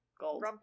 Gold